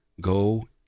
Go